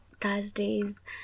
Thursday's